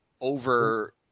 over